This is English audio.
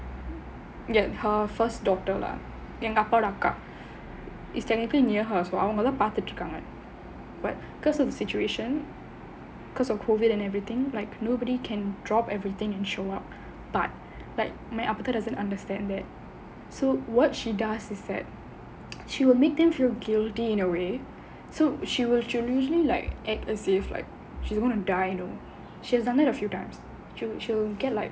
that's her first doctor lah எங்க அப்பாவோட அக்கா:enga appavoda akka is there anything அவங்க தான் பார்த்துட்டு இருகாங்க:avanga thaan paarthuttu irukkaanga but because of the situation because of COVID and everything like nobody can drop everything and show up but like my அப்பத்தா:appathaa doesn't understand that so what she does is that she will make them feel guilty in a way so she will usually like act as if like she's gonna die you know she has done that a few times she will get like